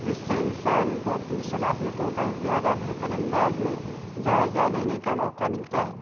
جس سے انسان کو اپنی صلاحیتوں کا زیادہ بہترانداز میں جائزہ لینے کا موقع ملتا ہے